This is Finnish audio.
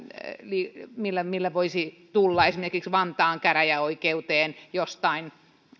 millä millä voisi tulla esimerkiksi vantaan käräjäoikeuteen jostain